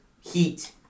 Heat